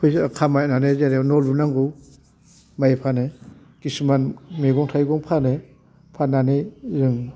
फैसा खामायनानै जेरै न' लुनांगौ माइ फानो खिसुमान मेगं थाइगं फानो फान्नानै जों